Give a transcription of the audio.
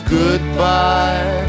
goodbye